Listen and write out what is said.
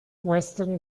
western